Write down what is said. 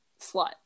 slut